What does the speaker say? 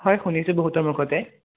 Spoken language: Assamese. হয় শুনিছোঁ বহুতৰ মুখতে